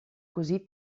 così